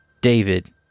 David